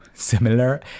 similar